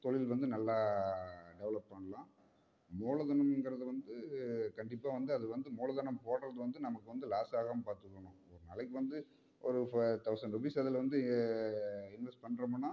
தொழில் வந்து நல்லா டெவலப் பண்ணலாம் மூலதனங்கிறது வந்து கண்டிப்பாக வந்து அது வந்து மூலதனம் போடுறது வந்து நமக்கு வந்து லாஸாகாமல் பார்த்துக்கணும் ஒரு நாளைக்கு வந்து ஒரு இப்போ தௌசன் ருபீஸ் அதில் வந்து இன்வஸ்ட் பண்றோமுன்னா